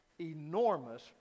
enormous